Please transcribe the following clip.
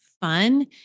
fun